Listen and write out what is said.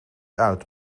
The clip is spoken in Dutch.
uit